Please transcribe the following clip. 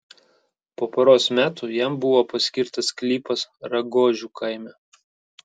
po poros metų jam buvo paskirtas sklypas ragožių kaime